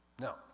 no